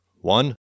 One